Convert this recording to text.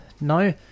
no